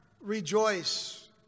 rejoice